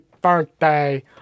birthday